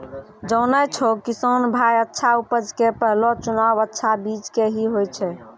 जानै छौ किसान भाय अच्छा उपज के पहलो चुनाव अच्छा बीज के हीं होय छै